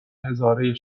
هزاره